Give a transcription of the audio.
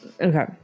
Okay